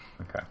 Okay